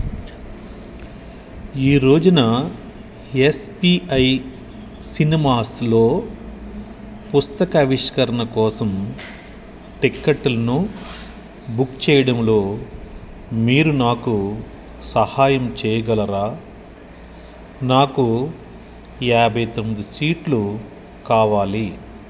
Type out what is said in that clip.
ఈ రోజున ఎస్పిఐ సినిమాస్లో పుస్తకావిష్కరణ కోసం టిక్కెట్టులను బుక్ చెయ్యడంలో మీరు నాకు సహాయం చెయ్యగలరా నాకు యాభై తొమ్మిది సీట్లు కావాలి